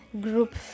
group